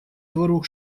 двору